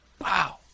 Wow